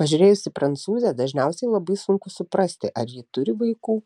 pažiūrėjus į prancūzę dažniausiai labai sunku suprasti ar ji turi vaikų